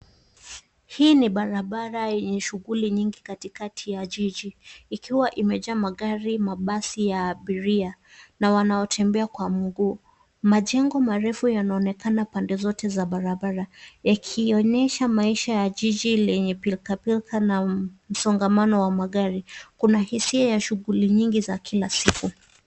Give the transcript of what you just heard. Hii ni barabara yenye shughuli nyingi katikati ya jiji. Ikiwa imejaa magari, mabasi ya abiria na wanaotembea kwa mguu. Majengo marefu yanaonekana pande zote za barabara, yakionyesha maisha ya jiji lenye pilkapilka na msongamano wa magari. Kuna hisia ya shughuli nyingi za kila siku.